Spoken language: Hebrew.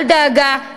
אל דאגה,